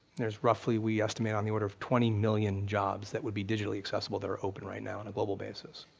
there's roughly, we estimate on the order of twenty million jobs that would be digitally accessible that are open right now on a global basis.